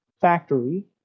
factory